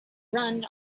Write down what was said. run